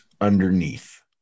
underneath